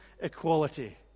equality